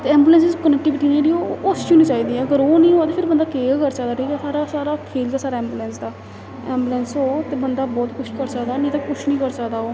ते ऐंबुलेंस दी कनेक्टिविटी जेह्ड़ी ओह् अच्छी होनी चाहिदी अगर ओह् निं होऐ ते फिर बंदा केह् करी सकदा ठीक ऐ साढ़ा सारा खेल गै सारा ऐंबुलेंस दा ऐंबुलेंस हो ते बंदा बहुत कुछ करी सकदा नेईं ते कुछ निं करी सकदा ओह्